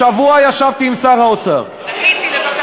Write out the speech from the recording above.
השבוע ישבתי עם שר האוצר, דחיתי, לבקשתך, דוד.